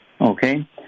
Okay